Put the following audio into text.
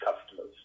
customers